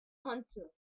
hunter